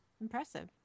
Impressive